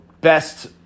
best